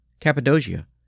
Cappadocia